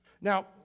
Now